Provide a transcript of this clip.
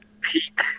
peak